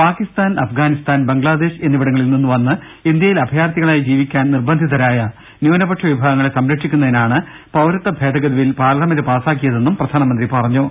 Pakistan Afghanistan Bangladesh എന്നിവിടങ്ങളിൽനിന്ന് വന്ന് ഇന്ത്യയിൽ അഭയാർത്ഥികളായി ജീവി ക്കാൻ നിർബന്ധിതരായ ന്യൂനപക്ഷ വിഭാഗങ്ങളെ സംരക്ഷിക്കുന്നതിനാണ് പൌരത്വ ഭേദഗതി ബിൽ പാർലമെന്റ് പാസ്സാക്കിയതെന്നും പ്രധാനമന്ത്രി പറ ഞ്ഞു